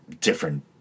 different